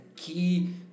key